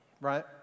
Right